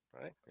Right